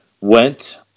went